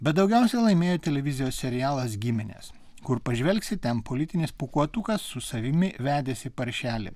bet daugiausiai laimėjo televizijos serialas giminės kur pažvelgsi ten politinis pūkuotukas su savimi vedėsi paršelį